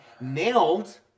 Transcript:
nailed